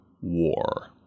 war